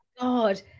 God